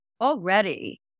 already